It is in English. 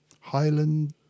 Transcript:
Highland